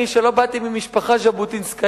אני, שלא באתי ממשפחה ז'בוטינסקאית,